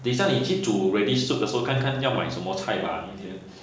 等一下你去煮 raddish soup 的时候看看要买什么菜吧你